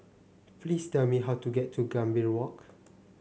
please tell me how to get to Gambir Walk